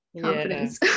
confidence